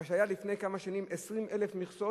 מה שהיה לפני כמה שנים 20,000 מכסות,